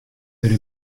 der